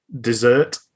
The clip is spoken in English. dessert